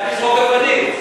אתה בעד רוצחי יהודים?